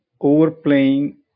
overplaying